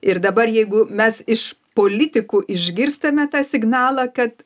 ir dabar jeigu mes iš politikų išgirstame tą signalą kad